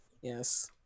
Yes